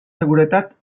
seguretat